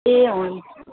ए हुन्छ